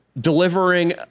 delivering